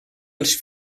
els